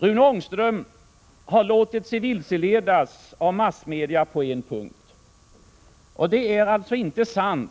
Rune Ångström har låtit sig vilseledas av massmedia på en punkt. Det är inte sant